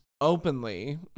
openly